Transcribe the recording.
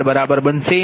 12 બરાબર બનશે